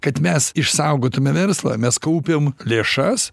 kad mes išsaugotume verslą mes kaupiam lėšas